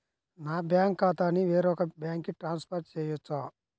నా బ్యాంక్ ఖాతాని వేరొక బ్యాంక్కి ట్రాన్స్ఫర్ చేయొచ్చా?